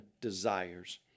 desires